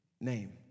name